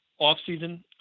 offseason